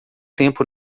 tempo